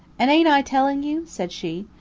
and ain't i telling you? said she.